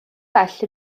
well